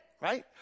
right